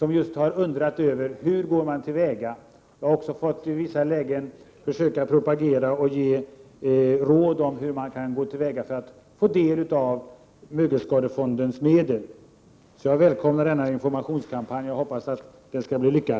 människor som har undrat just över hur man går till väga för att få bidrag. I vissa lägen har jag fått ge råd om hur man kan gå till väga för att få del av mögelskadefondens medel. Jag välkomnar denna informationskampanj, och jag hoppas att den skall bli lyckad.